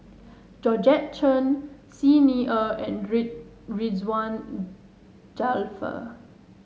Georgette Chen Xi Ni Er and Rid Ridzwan Dzafir